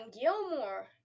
gilmore